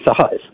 size